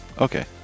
okay